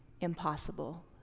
impossible